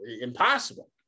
impossible